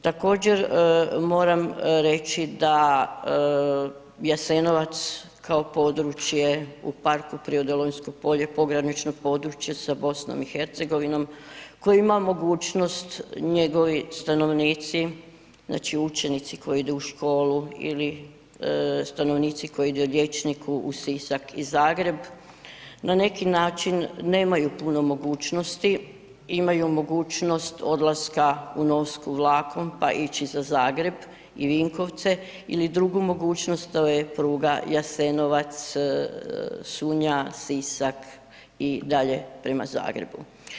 Također moram reći da Jasenovac kao područje u parku prirode Lonjsko polje, pogranično područje sa BiH, koje ima mogućnost njegovi stanovnici, znači učenici koji idu u školu ili stanovnici koji idu liječniku u Sisak i Zagreb na neki način nemaju puno mogućnosti, imaju mogućnost odlaska u Novsku vlakom, pa ići za Zagreb i Vinkovce ili drugu mogućnost, to je pruga Jasenovac, Sunja, Sisak i dalje prema Zagrebu.